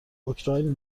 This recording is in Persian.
اوکراین